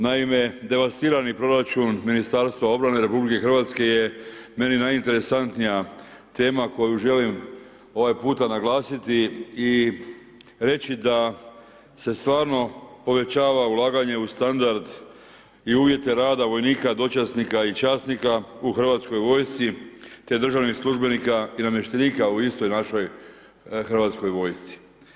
Naime, devastirani proračun Ministarstva obrane RH je meni najinteresantnija tema koju želim ovaj puta naglasiti i reći da se stvarno povećava ulaganje u standard i uvjete rada vojnika, dočasnika i časnika u Hrvatskoj vojsci te državnih službenika i namještenika u istoj našoj hrvatskoj vojsci.